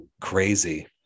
crazy